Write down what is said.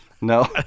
No